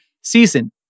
season